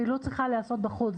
הפעילות צריכה להיעשות בחוץ.